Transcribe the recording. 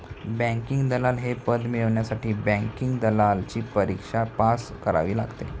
banking दलाल हे पद मिळवण्यासाठी बँकिंग दलालची परीक्षा पास करावी लागते